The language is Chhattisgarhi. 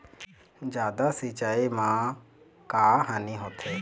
जादा सिचाई म का हानी होथे?